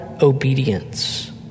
obedience